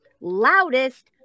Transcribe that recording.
loudest